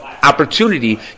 Opportunity